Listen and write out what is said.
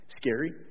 scary